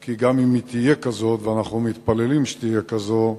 כי גם אם תהיה כזאת, ואנחנו מתפללים שתהיה כזאת,